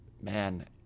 man